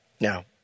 Now